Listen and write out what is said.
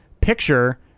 picture